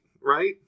right